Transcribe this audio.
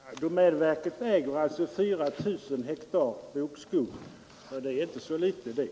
Herr talman! Domänverket äger 4 000 hektar bokskog. Detta är inte så litet.